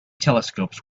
telescopes